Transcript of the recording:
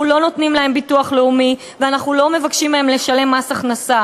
אנחנו לא נותנים להם ביטוח לאומי ואנחנו לא מבקשים מהם לשלם מס הכנסה?